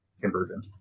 conversion